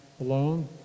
alone